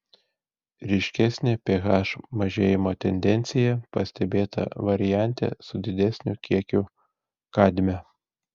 ryškesnė ph mažėjimo tendencija pastebėta variante su didesniu kiekiu kadmio